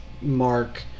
mark